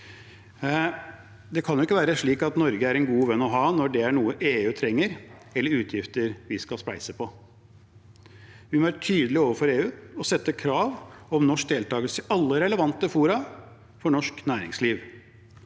Det kan ikke være slik at Norge er en god venn å ha når det er noe EU trenger, eller utgifter vi skal spleise på. Vi må være tydelige overfor EU og stille krav om norsk deltakelse i alle relevante fora for norsk næringsliv.